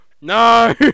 No